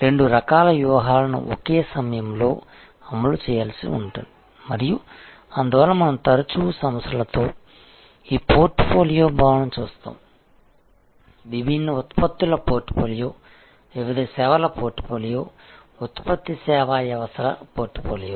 రెండు రకాల వ్యూహాలను ఒకే సమయంలో అమలు చేయాల్సి ఉంటుంది మరియు అందువల్ల మనం తరచుగా సంస్థలలో ఈ పోర్ట్ఫోలియో భావన చూస్తాము విభిన్న ఉత్పత్తుల పోర్ట్ఫోలియో వివిధ సేవల పోర్ట్ఫోలియో ఉత్పత్తి సేవా వ్యవస్థల పోర్ట్ఫోలియో